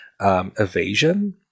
Evasion